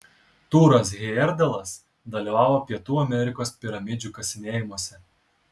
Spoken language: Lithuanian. tūras hejerdalas dalyvavo pietų amerikos piramidžių kasinėjimuose